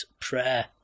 prayer